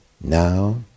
now